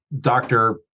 doctor